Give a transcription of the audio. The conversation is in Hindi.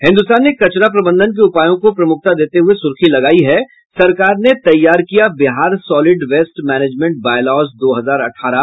हिन्दुस्तान ने कचरा प्रबंधन के उपायों को प्रमुखता देते हुये सुर्खी लगायी है सरकार ने तैयार किया Bihar solid waste management bylaws दो हजार अठारह